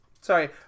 Sorry